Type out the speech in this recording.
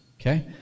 okay